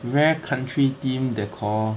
rare country themed decor